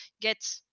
get